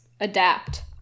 adapt